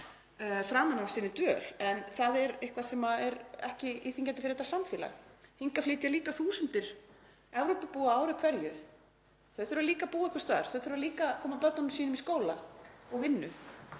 framan af sinni dvöl en það er eitthvað sem er ekki íþyngjandi fyrir þetta samfélag. Hingað flytja líka þúsundir Evrópubúa á ári hverju. Þau þurfa líka að búa einhvers staðar, þau þurfa líka að koma börnum sínum í skóla og vinnu.